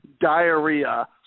diarrhea